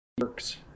works